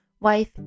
wife